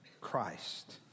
Christ